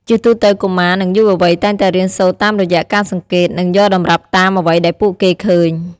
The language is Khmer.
ជាទូទៅកុមារ និងយុវវ័យតែងតែរៀនសូត្រតាមរយៈការសង្កេត និងយកតម្រាប់តាមអ្វីដែលពួកគេឃើញ ។